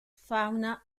fauna